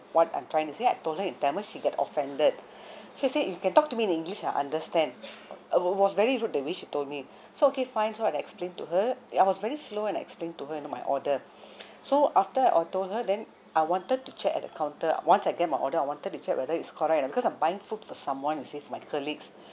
what I'm trying to say I told her in tamil she get offended she said you can talk to me in english I understand uh w~ was very rude the way she told me so okay fine so I explained to her I was very slow and explain to her you know my order so after I told her then I wanted to check at the counter once I get my order I wanted to check whether it's correct or not because I'm buying food for someone you see for my colleagues